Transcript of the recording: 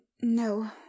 No